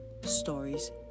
Stories